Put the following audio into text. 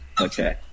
Okay